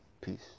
Peace